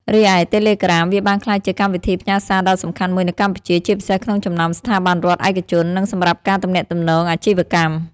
រីឯ តេឡេក្រាម វាបានក្លាយជាកម្មវិធីផ្ញើសារដ៏សំខាន់មួយនៅកម្ពុជា ជាពិសេសក្នុងចំណោមស្ថាប័នរដ្ឋ ឯកជន និងសម្រាប់ការទំនាក់ទំនងអាជីវកម្ម។